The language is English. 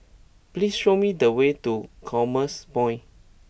please show me the way to Commerce Point